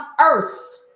earth